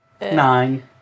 Nine